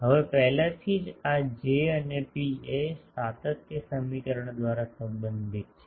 હવે પહેલાથી જ આ J અને ρ એ સાતત્ય સમીકરણ દ્વારા સંબંધિત છે